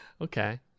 Okay